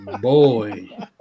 Boy